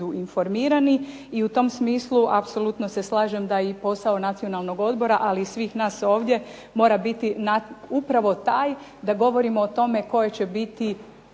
informirani. I u tom smislu se apsolutno slažem da i posao Nacionalnog odbora ali i svih nas ovdje mora biti upravo taj da govorimo o tome koje će biti